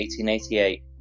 1888